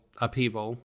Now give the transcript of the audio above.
upheaval